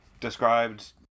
described